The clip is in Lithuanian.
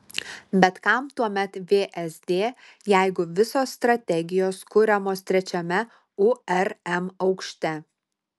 bet kam tuomet vsd jeigu visos strategijos kuriamos trečiame urm aukšte